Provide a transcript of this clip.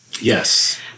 Yes